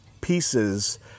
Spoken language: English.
pieces